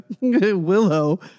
Willow